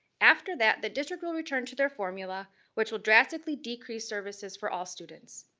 after that, the district will return to their formula, which will drastically decrease services for all students.